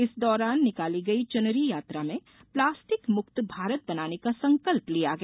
इस दौरान निकाली गई चुनरी यात्रा में प्लास्टिकमुक्त भारत बनाने का संकल्प लिया गया